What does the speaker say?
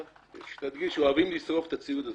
תדגיש שאוהבים לשרוף את הציוד הזה.